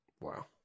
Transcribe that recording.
Wow